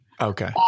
okay